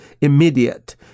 immediate